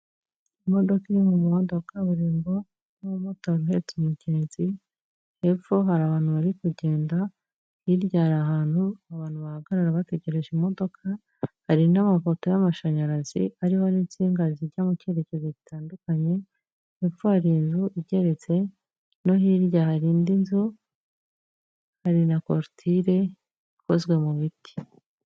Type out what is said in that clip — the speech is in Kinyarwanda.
Imodoka iri mu muhanda wa kaburimbo n'umumotari uheretse umugenzi, hepfo hari abantu bari kugenda, hirya hari ahantu abantu bahagarara bategereje imodoka, hari n'amafoto y'amashanyarazi ariho n'insinga zijya mu byerekezo bitandukanye, hepfo hari inzu igeretse, no hirya hari indi nzu, hari na korotire ikozwe mu biti.